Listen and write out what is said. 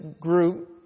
group